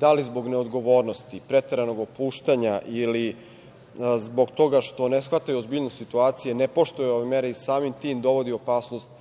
da li zbog neodgovornosti, preteranog opuštanja ili zbog toga što ne shvataju ozbiljnost situacije, ne poštuju ove mere i samim tim dovodi u opasnost